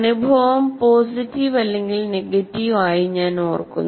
അനുഭവം പോസിറ്റീവ് അല്ലെങ്കിൽ നെഗറ്റീവ് ആയി ഞാൻ ഓർക്കുന്നു